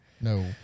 No